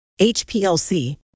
HPLC